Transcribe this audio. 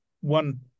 One